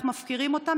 אנחנו מפקירים אותם,